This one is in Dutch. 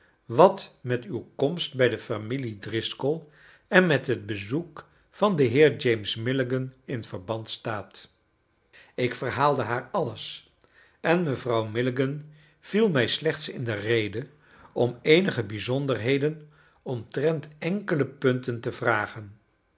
wat met uw komst bij de familie driscoll en met het bezoek van den heer james milligan in verband staat ik verhaalde haar alles en mevrouw milligan viel mij slechts in de rede om eenige bijzonderheden omtrent enkele punten te vragen